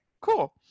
cool